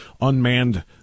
unmanned